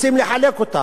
רוצים לחלק אותה,